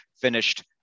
finished